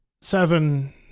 seven